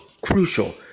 crucial